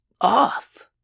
off